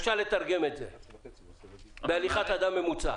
אפשר לתרגם את זה להליכת אדם ממוצע.